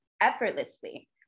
effortlessly